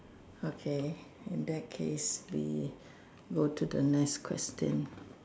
okay in that case we go to the next question